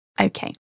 Okay